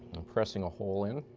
and pressing a hole in.